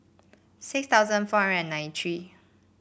six thousand four hundred and ninety three